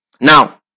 Now